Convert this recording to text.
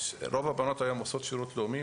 רוב הבנות היום עושות שירות לאומי,